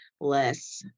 less